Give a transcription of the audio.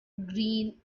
green